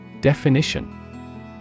Definition